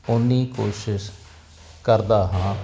ਓਨੀ ਕੋਸ਼ਿਸ਼ ਕਰਦਾ ਹਾਂ